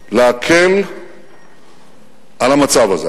כדי להקל על המצב הזה,